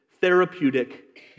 therapeutic